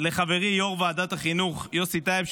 -- לחברי יו"ר ועדת החינוך יוסי טייב,